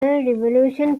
revolution